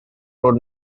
road